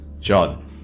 John